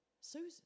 Susan